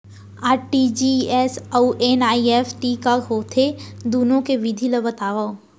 RTGS अऊ NEFT का होथे, दुनो के विधि ला बतावव